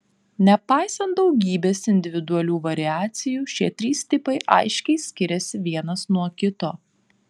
nepaisant daugybės individualių variacijų šie trys tipai aiškiai skiriasi vienas nuo kito